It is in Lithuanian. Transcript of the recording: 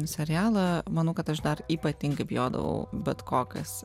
serialą manau kad aš dar ypatingai bijodavau bet ko kas